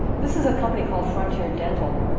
this is a company called frontier dental.